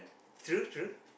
true true